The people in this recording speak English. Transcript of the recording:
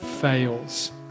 fails